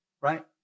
right